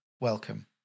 welcome